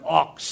ox